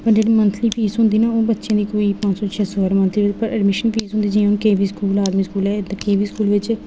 उद्धर monthly fees होंदी नीं बच्चें दी होनी कोई पंज सौ छे सौ हारी पर एडमिशन फीस होंदी जि'यां के वी स्कूल जां आर्मी स्कूल ते केवी स्कूल बिच्च